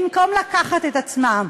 במקום לקחת את עצמם,